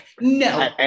No